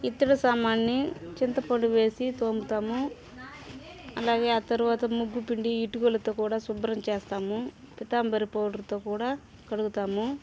ఇత్తడి సామాన్ని చింతపొడి వేసి తోముతాము అలాగే ఆ తర్వాత ముగ్గు పిండి ఇటుకలతో కూడా శుభ్రం చేస్తాము పితాంబరి పౌడర్తో కూడా కడుగుతాము